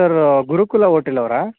sir Gurukul hotel ಅವರಾ